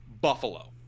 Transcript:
Buffalo